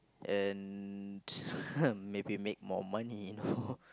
and maybe make more money you know